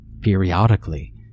Periodically